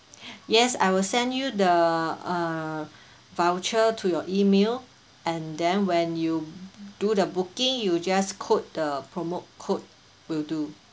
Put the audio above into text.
yes I will send you the uh voucher to your email and then when you do the booking you just quote the promote code will do